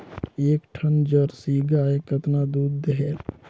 एक ठन जरसी गाय कतका दूध देहेल?